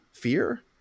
fear